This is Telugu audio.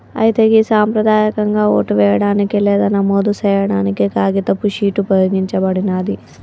అయితే గి సంప్రదాయకంగా ఓటు వేయడానికి లేదా నమోదు సేయాడానికి కాగితపు షీట్ ఉపయోగించబడినాది